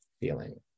feeling